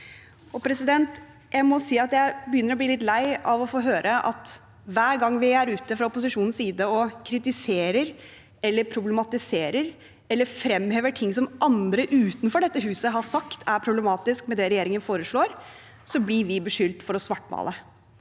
Jeg må si at jeg begynner å bli litt lei av å få høre at hver gang vi fra opposisjonens side er ute og kritiserer, problematiserer eller fremhever ting som andre utenfor dette huset har sagt er problematisk med det regjeringen foreslår, blir vi beskyldt for å svartmale.